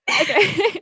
Okay